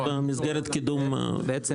לא עומדים אז יש להם בעיה איתנו זה הכל מה הבעיה,